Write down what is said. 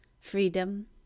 freedom